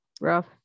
Rough